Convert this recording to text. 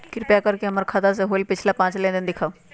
कृपा कर के हमर खाता से होयल पिछला पांच लेनदेन दिखाउ